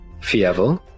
fievel